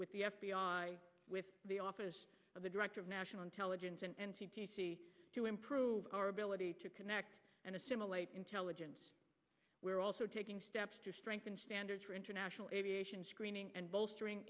with the f b i the office of the director of national intelligence and c t c to improve our ability to connect and assimilate intelligence were also taking steps to strengthen standards for international aviation screening and bolstering